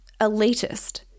elitist